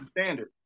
standard